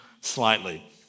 slightly